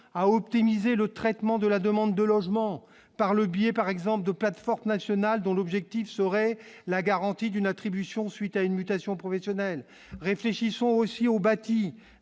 à optimiser le traitement de la demande de logement par le biais, par exemple de plateforme nationale dont l'objectif serait la garantie d'une attribution suite à une mutation professionnelle réfléchissons aussi ont bâti